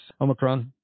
Omicron